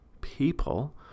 people